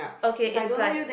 okay it's like